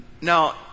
Now